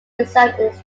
designs